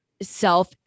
self